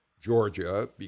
Georgia